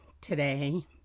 today